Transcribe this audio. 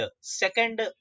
second